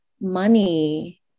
money